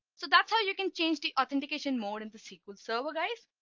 so that's how you can change the authentication mode in the sql server guys.